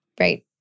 right